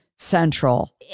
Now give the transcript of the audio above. Central